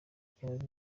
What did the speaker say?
cyenda